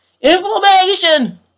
inflammation